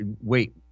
wait